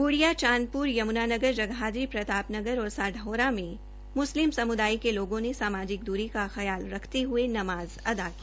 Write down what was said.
बूड़िया चांदपुर यमुनानगर जगाधरी प्रतापगढ़ और साढौरा में मुस्लिम समुदाय के लोगों ने सामाजिक दूरी का ख्याल रेखते हुए नमाज अदा की